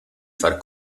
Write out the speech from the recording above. far